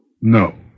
No